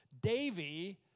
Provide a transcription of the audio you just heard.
Davy